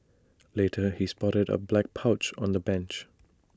later he spotted A black pouch on the bench